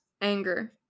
Anger